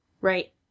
right